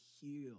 heal